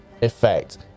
effect